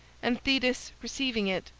and thetis, receiving it,